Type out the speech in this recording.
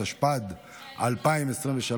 התשפ"ד 2023,